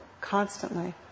constantly